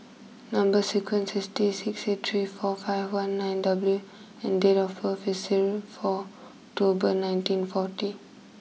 number sequence is T six eight three four five one nine W and date of birth is zero four October nineteen forty